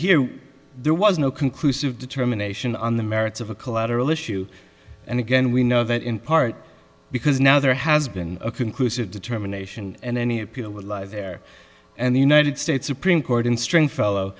here there was no conclusive determination on the merits of a collateral issue and again we know that in part because now there has been a conclusive determination and any appeal will live there and the united states supreme court in stringfellow